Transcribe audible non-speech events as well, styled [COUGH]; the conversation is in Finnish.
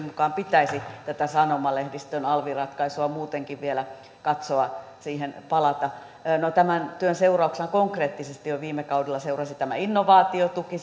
[UNINTELLIGIBLE] mukaan pitäisi tätä sanomalehdistön alviratkaisua muutenkin vielä katsoa siihen palata tämän työn seurauksena konkreettisesti jo viime kaudella seurasi tämä innovaatiotuki [UNINTELLIGIBLE]